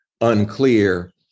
unclear